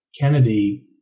Kennedy